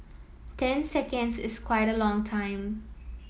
ten seconds is quite a long time